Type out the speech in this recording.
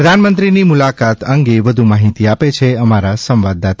પ્રધાનંમત્રીની મુલાકાત અંગે વ્ધુ માહિતી આપે છે અમારા સંવાદદાતા